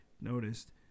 noticed